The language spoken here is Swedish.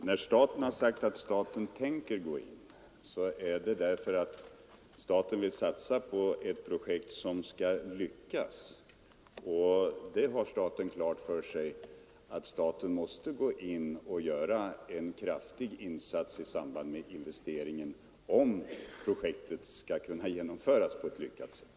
Herr talman! När statsmakterna uttalat att de tänker gå in i detta projekt är det därför att de vill satsa på ett projekt som skall lyckas. Vi är också på det klara med att staten måste göra en kraftig insats i samband med investeringen, om projektet skall kunna genomföras på ett lyckat sätt.